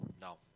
No